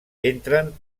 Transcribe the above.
entren